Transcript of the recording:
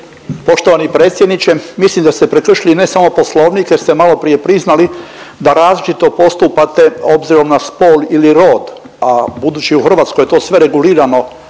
Poštovani predsjedniče, mislim da ste prekršili ne samo Poslovnik jer ste malo prije priznali da različito postupate obzirom na spol ili rod, a budući je u Hrvatskoj to sve regulirano